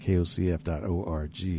KOCF.org